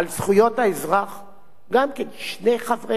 גם כן שני חברי כנסת מול אחד יכולים לבטל.